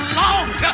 long